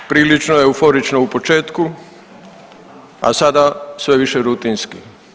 Prilično euforično u početku, a sada sve više rutinski.